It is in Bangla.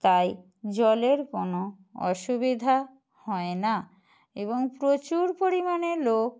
তাই জলের কোনো অসুবিধা হয় না এবং প্রচুর পরিমাণে লোক